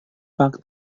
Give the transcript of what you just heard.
pak